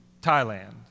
Thailand